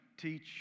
teach